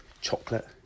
chocolate